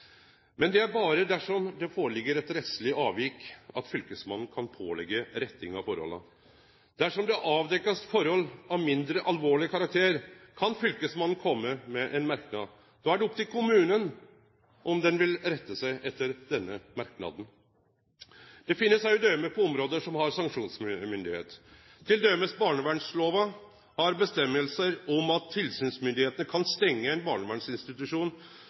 Men det er berre dersom det føreligg eit rettsleg avvik at fylkesmannen kan påleggje retting av forholda. Dersom det blir avdekt forhold av mindre alvorleg karakter, kan fylkesmannen kome med ein merknad. Da er det opp til kommunen om dei vil rette seg etter denne merknaden. Det finst òg døme på område som har sanksjonsmyndigheit. Til dømes har barnevernslova føresegner om at tilsynsmyndigheitene kan stengje ein